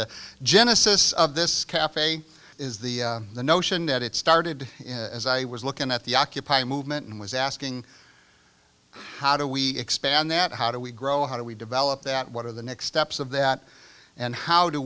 the genesis of this cafe is the notion that it started as i was looking at the occupy movement and was asking how do we expand that how do we grow how do we develop that what are the next steps of that and how do